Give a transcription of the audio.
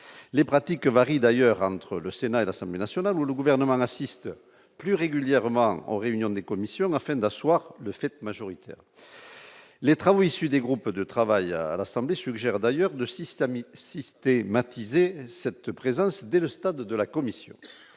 les pratiques varient d'ailleurs entre le Sénat et l'Assemblée nationale où le gouvernement n'assistent plus régulièrement aux réunions des commissions afin d'asseoir le fait majoritaire, les travaux issus des groupes de travail, à l'Assemblée suggère d'ailleurs de systèmes systématiser cette présence dès le stade de la Commission